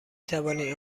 توانید